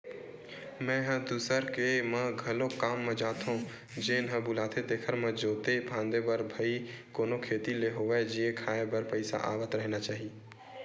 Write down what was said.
मेंहा दूसर के म घलोक काम म जाथो जेन ह बुलाथे तेखर म जोते फांदे बर भई कोनो कोती ले होवय जीए खांए बर पइसा आवत रहिना चाही